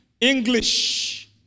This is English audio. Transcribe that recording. English